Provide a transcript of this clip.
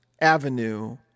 avenue